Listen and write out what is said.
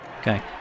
Okay